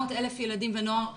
400,000 ילדים ונוער שידועים.